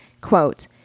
Quote